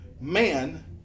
man